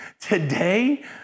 today